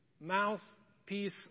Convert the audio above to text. mouthpiece